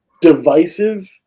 divisive